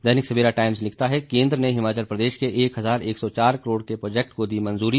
दैनिक Savera Times लिखता है केंद्र ने हिमाचल प्रदेश के एक हजार एक सौ चार करोड़ के प्रोजेक्ट को दी मंजूरी